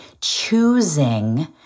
choosing